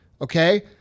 Okay